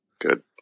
good